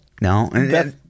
no